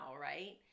right